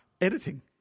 Editing